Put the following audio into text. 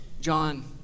John